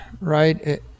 right